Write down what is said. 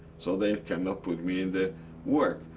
so they cannot put me in the work.